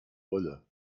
wolle